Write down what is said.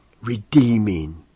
Redeeming